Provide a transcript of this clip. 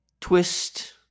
twist